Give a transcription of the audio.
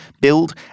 build